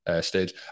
stage